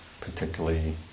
particularly